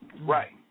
Right